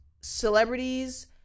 celebrities